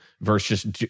versus